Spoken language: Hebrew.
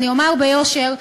אומר ביושר,